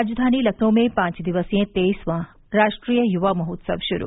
राजधानी लखनऊ में पांच दिवसीय तेईसवां राष्ट्रीय युवा महोत्सव शुरू